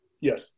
Yes